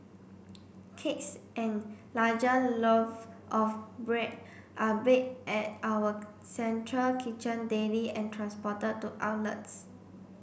cakes and larger loaf of bread are baked at our central kitchen daily and transported to outlets